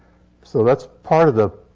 so that's part of the